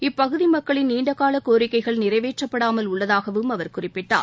இப்பகுதி மக்களின் நீண்டகால கோரிக்கைகள் நிறைவேற்றப்படாமல் உள்ளதாகவும் அவர் குறிப்பிட்டார்